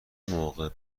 موقع